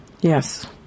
Yes